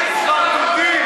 אתם סמרטוטים.